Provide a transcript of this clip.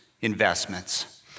investments